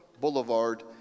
Boulevard